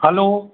hello